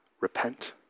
repent